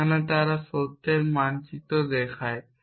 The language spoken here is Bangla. যেখানে তারা সত্যের মানচিত্র দেখায়